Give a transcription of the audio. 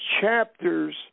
chapters